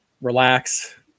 relax